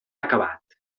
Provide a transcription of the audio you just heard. acabat